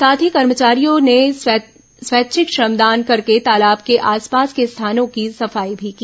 साथ ही कर्मचारियों ने स्वैच्छिक श्रमदान करके तालाब के आसपास के स्थानों की सफाई भी की